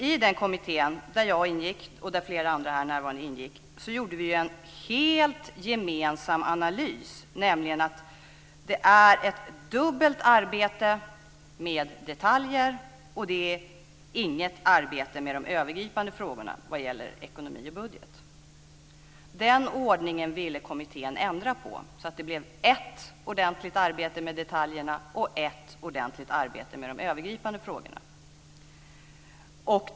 I den kommitté, där jag och flera andra här närvarande ingick, gjorde vi en helt gemensam analys, nämligen att det är dubbelt arbete med detaljer och inget arbete med de övergripande frågorna i ekonomi och budget. Den ordningen ville kommittén ändra på så att det blev ett ordentligt arbete med detaljerna och ett ordentligt arbete med de övergripande frågorna.